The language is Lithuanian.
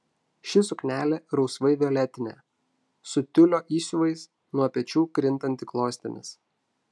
ši suknelė rausvai violetinė su tiulio įsiuvais nuo pečių krintanti klostėmis